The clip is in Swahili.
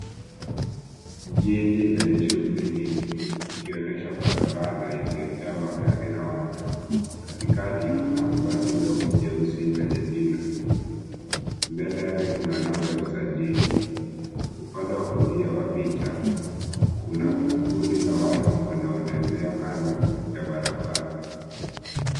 Jiji lenye shughuli nyingi ikionyesha barabara iliojaa magari na watu katikati kuna basi dogo jeusi lenye jina mbele yake kuna namba ya usajili upande wa kulia wa picha kuna kundi la watu wanaotembea kando ya barabara.